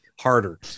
harder